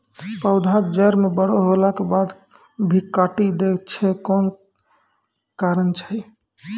पौधा के जड़ म बड़ो होला के बाद भी काटी दै छै कोन कारण छै?